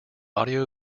audio